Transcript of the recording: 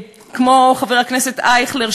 כמו חבר הכנסת אייכלר,